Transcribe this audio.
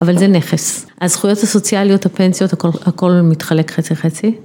אבל זה נכס, הזכויות הסוציאליות הפנסיות הכל מתחלק חצי חצי.